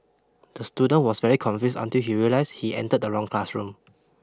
the student was very confused until he realized he entered the wrong classroom